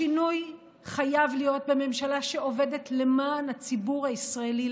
השינוי חייב להיות בממשלה שעובדת למען הציבור הישראלי,